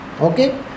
okay